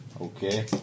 Okay